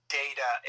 data